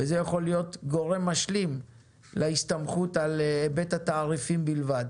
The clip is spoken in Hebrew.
וזה יכול להיות גורם משלים להסתמכות על היבט התעריפים בלבד.